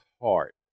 heart